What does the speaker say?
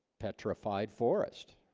petrified forest